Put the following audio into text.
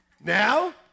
Now